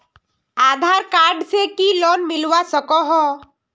आधार card से की loan मिलवा सकोहो?